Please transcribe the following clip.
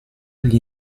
gli